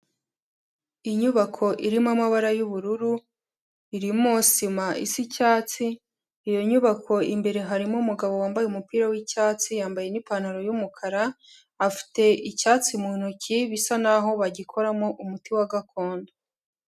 Inyubako irimo amabara y'ubururu, irimo sima isa icyatsi, iyo nyubako imbere harimo umugabo wambaye umupira w'icyatsi, yambaye n'ipantaro y'umukara, afite icyatsi mu ntoki bisa n'aho bagikoramo umuti wa gakondo.